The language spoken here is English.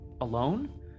alone